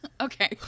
Okay